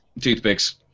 toothpicks